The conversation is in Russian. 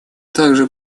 также